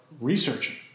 researching